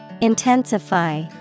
Intensify